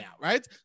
Right